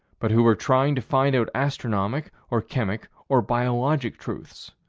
but who were trying to find out astronomic, or chemic, or biologic truths.